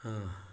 ହଁ